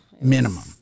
Minimum